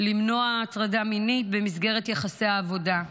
למנוע הטרדה מינית במסגרת יחסי העבודה.